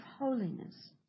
holiness